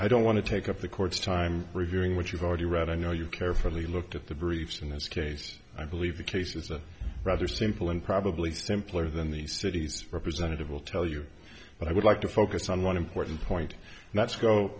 i don't want to take up the court's time reviewing what you've already read i know you carefully looked at the briefs in this case i believe the case is a rather simple and probably simpler than the city's representative will tell you but i would like to focus on one important point